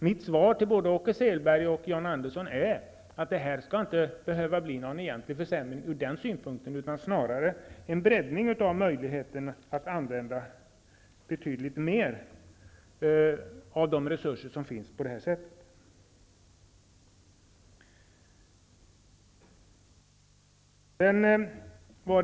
Mitt svar till John Andersson och Åke Selberg är att det inte skall behöva bli någon egentlig försämring utan snarare en breddning, så att man får möjlighet att använda betydligt mer av de resurser som finns på det sätt som önskas.